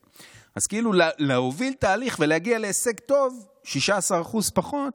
אז להוביל תהליך ולהגיע להישג טוב, 16% פחות